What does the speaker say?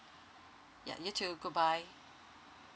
yeah you too goodbye